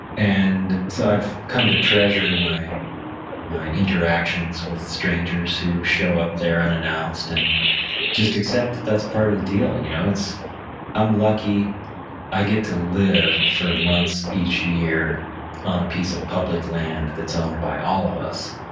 and so, i've come to treasure my my interactions with strangers who show up there unannounced and just accept that that's part of the deal. you know, i'm lucky i get to live for months each year on a piece of public land that's owned by all of us.